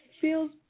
feels